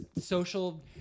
social